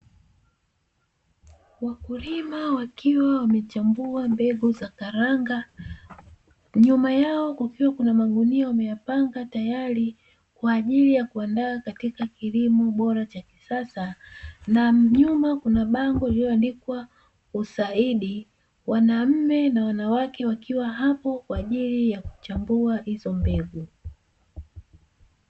Wakulima wakiwa wamechambua mbegu za karanga, nyuma yao kukiwa kuna magunia wameyapanga tayari kwa ajili ya kuandaa katika kilimo bora cha kisasa, na nyuma kuna bango lililoandikwa USAID. Wanaume na wanawake wakiwa hapo kwa ajili ya kuchambua hizo mbegu.